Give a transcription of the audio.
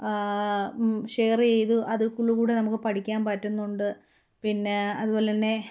share ചെയ്ത് അതില്ക്കൂടെ നമുക്കു പഠിക്കാൻ പറ്റുന്നുണ്ട് പിന്നെ അതുപോലെതന്നെ